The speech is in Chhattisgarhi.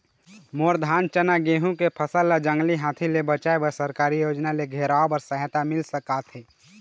मोर धान चना गेहूं के फसल ला जंगली हाथी ले बचाए बर सरकारी योजना ले घेराओ बर सहायता मिल सका थे?